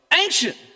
ancient